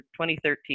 2013